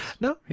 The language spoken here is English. no